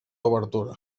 obertura